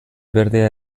berdea